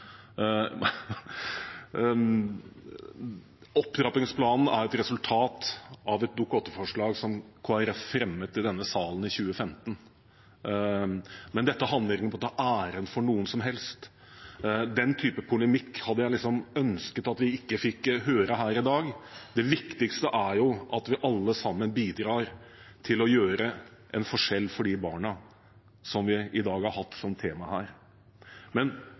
Opptrappingsplanen er et resultat av et Dokument 8-forslag som Kristelig Folkeparti fremmet i denne sal i 2015. Men dette handler ikke om å ta æren for noe som helst. Den type polemikk hadde jeg ønsket at vi ikke fikk høre her i dag. Det viktigste er at vi alle sammen bidrar til å gjøre en forskjell for de barna som vi i dag har hatt som tema her. Men